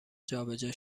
جابجا